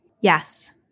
Yes